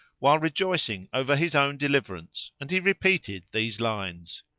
while rejoicing over his own deliverance, and he repeated these lines